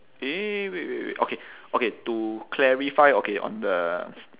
eh wait wait wait okay okay to clarify okay on the